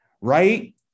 right